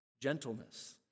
gentleness